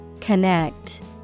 Connect